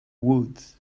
woods